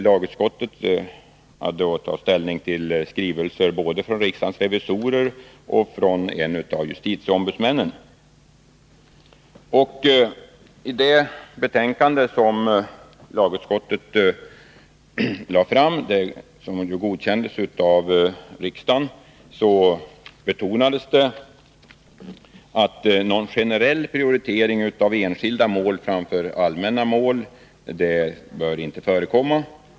Lagutskottet hade att ta ställning till skrivelser både från riksdagens revisorer och från en av justitieombudsmännen. I det betänkande som lagutskottet lade fram och som godkändes av riksdagen betonades det att någon generell prioritering av enskilda mål framför allmänna mål inte bör förekomma.